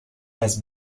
has